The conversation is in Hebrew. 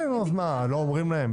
לא אומרים להם?